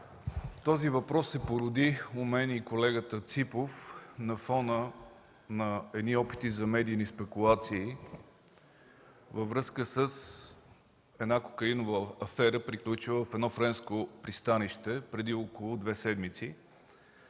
Този въпрос се породи у мен и колегата Ципов на фона на едни общи медийни спекулации във връзка с една кокаинова афера, приключила в едно френско пристанище преди около две седмици.